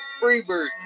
Freebird